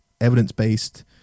evidence-based